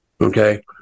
Okay